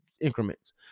increments